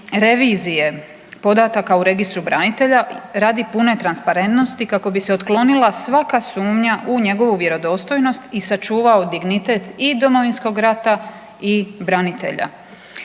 revizije podataka u registru branitelja radi pune transparentnosti kako bi se otklonila svaka sumnja u njegovu vjerodostojnost i sačuvao dignitet i Domovinskog rata i branitelja.